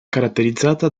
caratterizzata